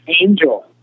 Angel